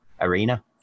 arena